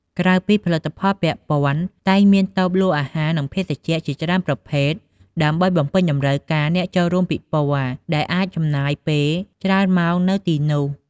ក្រៅពីផលិតផលពាក់ព័ន្ធ តែងមានតូបលក់អាហារ និងភេសជ្ជៈជាច្រើនប្រភេទ ដើម្បីបំពេញតម្រូវការអ្នកចូលរួមពិព័រណ៍ ដែលអាចចំណាយពេលច្រើនម៉ោងនៅទីនោះ។